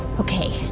ah ok.